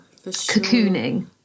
cocooning